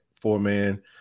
four-man